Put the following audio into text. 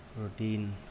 routine